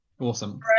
Awesome